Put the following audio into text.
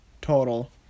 total